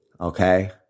Okay